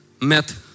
met